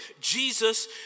Jesus